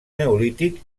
neolític